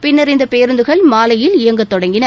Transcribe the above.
பின்னர் இந்த பேருந்துகள் மாலையில் இயங்கத்தொடங்கின